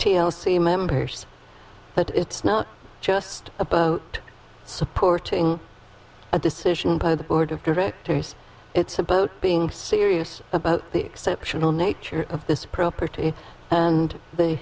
c members but it's not just about supporting a decision by the board of directors it's about being serious about the exceptional nature of this property and the